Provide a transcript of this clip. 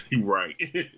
right